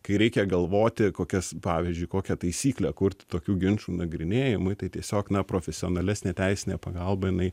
kai reikia galvoti kokias pavyzdžiui kokią taisyklę kurti tokių ginčų nagrinėjimui tai tiesiog na profesionalesnė teisinė pagalba jinai